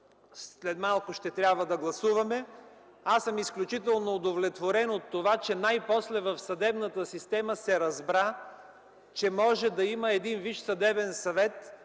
след малко ще трябва да гласуваме, аз съм изключително удовлетворен от това, че най-после в съдебната система се разбра, че може да има един Висш съдебен съвет,